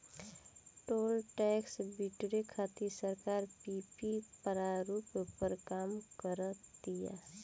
toll tax बिटोरे खातिर सरकार पीपीपी प्रारूप पर काम कर तीय